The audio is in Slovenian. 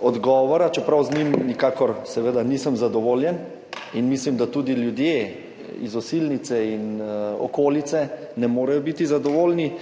odgovora, čeprav z njim nikakor nisem zadovoljen in mislim, da tudi ljudje iz Osilnice in okolice ne morejo biti zadovoljni.